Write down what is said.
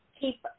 keep